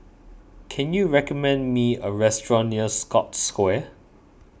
can you recommend me a restaurant near Scotts Square